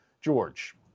George